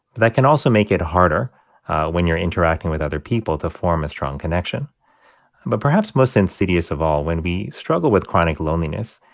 that can also make it harder when you're interacting with other people to form a strong connection but perhaps most insidious of all when we struggle with chronic loneliness,